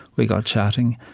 we got chatting.